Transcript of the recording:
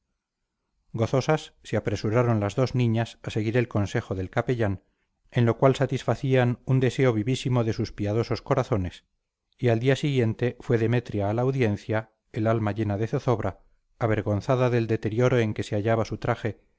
se apresuraron las dos niñas a seguir el consejo del capellán en lo cual satisfacían un deseo vivísimo de sus piadosos corazones y al día siguiente fue demetria a la audiencia el alma llena de zozobra avergonzada del deterioro en que se hallaba su traje